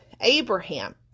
Abraham